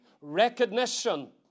recognition